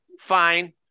Fine